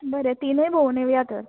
बरें तिनूय भोंवन येवया तर